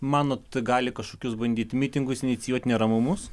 manot gali kažkokius bandyt mitingus inicijuot neramumus